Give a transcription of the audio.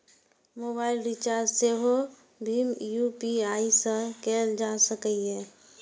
mobile recharge सेहो भीम UPI सं कैल जा सकैए